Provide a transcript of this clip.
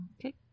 Okay